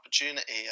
opportunity